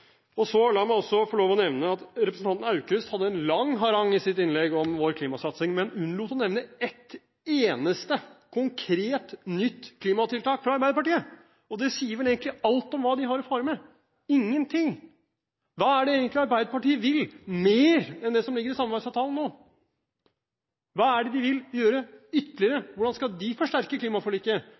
La meg også få lov til å nevne at representanten Aukrust hadde en lang harang i sitt innlegg om vår klimasatsing, men unnlot å nevne ett eneste konkret nytt klimatiltak fra Arbeiderpartiet. Det sier vel egentlig alt om hva de har å fare med – ingenting! Hva er det egentlig Arbeiderpartiet vil – mer enn det som ligger i samarbeidsavtalen nå? Hva er det de vil gjøre ytterligere, hvordan skal de forsterke klimaforliket?